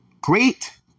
great